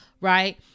right